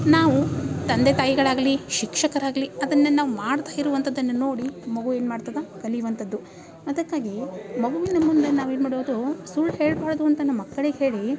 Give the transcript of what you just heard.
ನಾವು ತಂದೆ ತಾಯಿಗಳಾಗಲಿ ಶಿಕ್ಷಕರಾಗಲಿ ಅದನ್ನೇ ನಾವು ಮಾಡ್ತಾ ಇರುವಂಥದ್ದನ್ನ ನೋಡಿ ಮಗು ಏನು ಮಾಡ್ತದೆ ಕಲಿಯುವಂಥದ್ದು ಅದಕ್ಕಾಗಿ ಮಗುವಿನ ಮುಂದೆ ನಾವು ಏನು ಮಾಡ್ಬೋದು ಸುಳ್ಳು ಹೇಳಬಾರ್ದು ಅಂತನ ಮಕ್ಕಳಿಗೆ ಹೇಳಿ